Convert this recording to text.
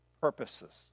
purposes